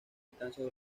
distancias